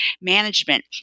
management